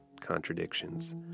contradictions